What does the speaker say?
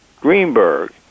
Greenberg